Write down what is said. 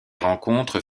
rencontres